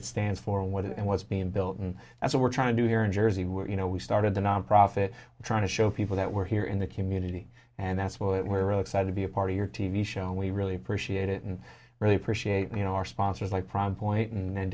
it stands for and what it was being built and that's what we're trying to do here in jersey where you know we started the nonprofit trying to show people that we're here in the community and that's what we're really excited to be a part of your t v show and we really appreciate it and really appreciate you know our sponsors like prom point and